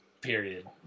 Period